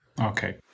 Okay